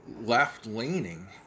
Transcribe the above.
left-leaning